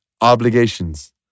obligations